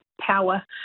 power